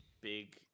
big